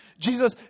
Jesus